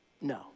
No